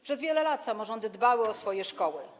Przez wiele lat samorządy dbały o swoje szkoły.